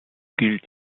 gilt